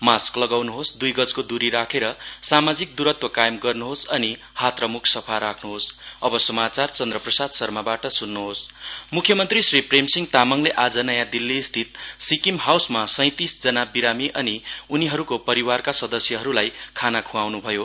mask लगाउनुहोस् दुई गजको दुरी राखेर सामाजिक दुरत्व कायम गर्नुहोस् अनि हात र मुख सफा राख्नुहोस् सीएम दिल्ली मुख्यमन्त्री श्री प्रेमसिंह तामाङले आज नयाँ दिल्लीस्थित सिक्किम हाउसमा सैंतीसजना बिरामी अनि उहाँहरूको परिवारका सदस्यहरूलाई खाना खुवाउनु भयो